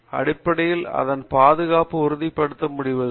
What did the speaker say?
அடிப்படையில் அதன் பாதுகாப்பை உறுதி படுத்த முடிவதில்லை